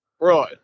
right